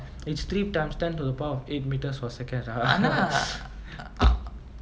ஆனா:aanaa